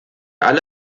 alle